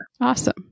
awesome